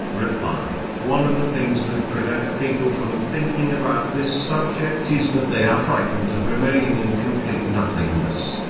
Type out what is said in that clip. reply one of the things that prevent people from thinking about this subject is that they are frightened of remaining in complete nothingness.